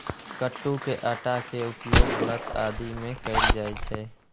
कट्टू के आटा के उपयोग व्रत आदि मे कैल जाइ छै